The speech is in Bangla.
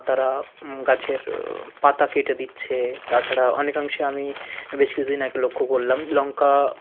তারা গাছের পাতা কেটে দিচ্ছে তাছাড়া অনেকাংশে আমি বেশ কিছুদিন আগে লক্ষ করলাম লঙ্কা